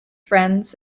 friends